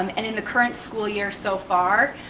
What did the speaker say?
um and in the current school year so far,